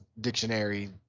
dictionary